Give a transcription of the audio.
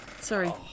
Sorry